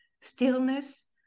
stillness